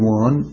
one